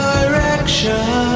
Direction